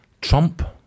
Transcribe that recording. Trump